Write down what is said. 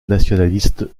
nationaliste